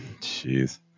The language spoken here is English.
Jeez